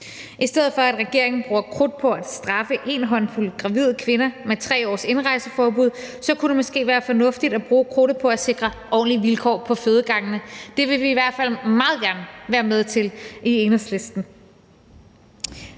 I stedet for at regeringen bruger krudt på at straffe en håndfuld gravide kvinder med 3 års indrejseforbud, kunne det måske være fornuftigt at bruge krudtet på at sikre ordentlige vilkår på fødegangene – det vil vi i hvert fald meget gerne være med til i Enhedslisten